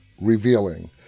revealing